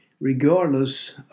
regardless